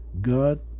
God